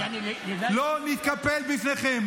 לא נתקפל בפניכם.